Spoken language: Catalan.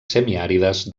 semiàrides